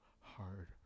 hard